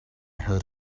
heard